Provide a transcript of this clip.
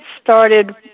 started